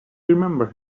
remember